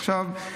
עכשיו,